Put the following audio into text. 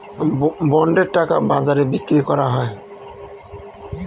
বন্ডের টাকা বাজারে বিক্রি করা হয়